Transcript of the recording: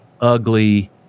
ugly